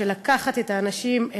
של לקחת את בעלי-החיים,